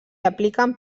apliquen